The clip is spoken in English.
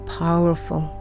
powerful